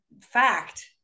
fact